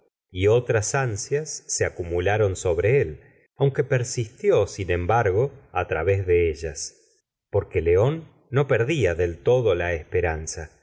y otras ansias se acumularon sobre él aunque persistió sin embargo á través de ellas porque león no perdía del todo la esperanza